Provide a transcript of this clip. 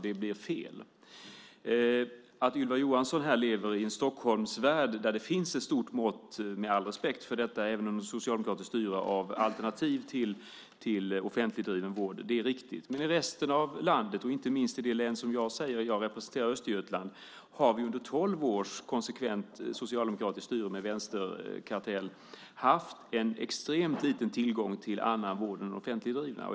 Det är riktigt att Ylva Johansson lever i en Stockholmsvärld där det finns ett stort mått - med all respekt för detta även om det varit med socialdemokratiskt styre - av alternativ till offentligdriven vård. Men i resten av landet och inte minst i det län som jag representerar, Östergötland, har vi under tolv års konsekvent socialdemokratiskt styre med vänsterkartell haft en extremt liten tillgång till annan vård än den offentligt drivna.